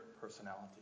personality